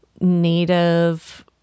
native